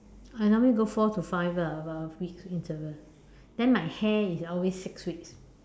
I normally go four to five ah about a week interval then my hair is always six weeks